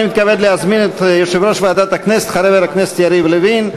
אני מתכבד להזמין את יושב-ראש ועדת הכנסת חבר הכנסת יריב לוין.